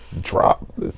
drop